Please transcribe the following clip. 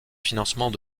financement